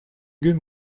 gün